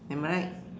am I right